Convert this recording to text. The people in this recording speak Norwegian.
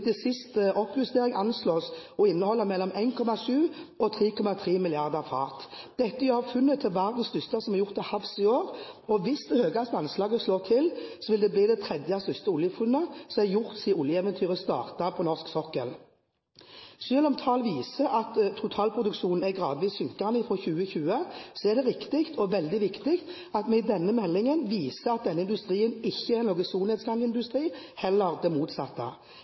siste oppjustering anslås å inneholde mellom 1,7 og 3,3 milliarder fat. Dette gjør funnet til verdens største som er gjort til havs i år, og hvis det høyeste anslaget slår til, vil det bli det tredje største oljefunnet som er gjort siden oljeeventyret startet på norsk sokkel. Selv om tall viser at totalproduksjonen vil være gradvis synkende fra 2020, er det riktig og veldig viktig at vi i denne meldingen viser at denne industrien ikke er noen solnedgangsindustri, heller det motsatte.